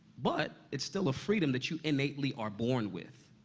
but it's still a freedom that you innately are born with.